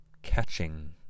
catching